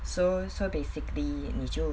so so basically 你就